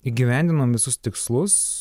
įgyvendinom visus tikslus